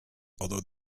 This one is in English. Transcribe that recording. although